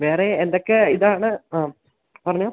വേറെ എന്തൊക്കെ ഇതാണ് പറഞ്ഞുകൊള്ളൂ